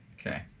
Okay